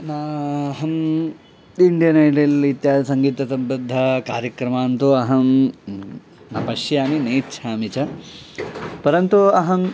नाहम् Indian Idol इत्यादिसङ्गीतसम्बद्धान् कार्यक्रमान् तु अहं न पश्यामि नेच्छामि च परन्तु अहं